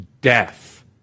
death